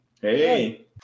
Hey